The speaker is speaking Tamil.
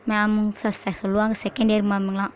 மேமும் ச சார் சொல்லுவாங்க செகண்ட் இயர் மேம்முங்கள்லாம்